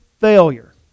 failure